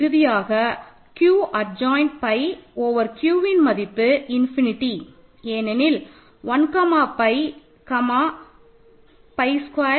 இறுதியாக Q adjoint pi over Qன் மதிப்பு இன்ஃபினிட்டி ஏனெனில் 1 comma pi comma pi square